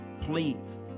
Please